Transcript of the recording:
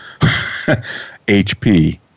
HP